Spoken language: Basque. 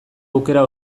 aukera